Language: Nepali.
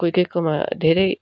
कोही कोहीकोमा धेरै